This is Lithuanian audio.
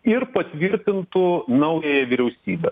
ir patvirtintų naująją vyriausybę